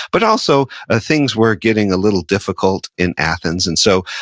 but also, ah things were getting a little difficult in athens, and so,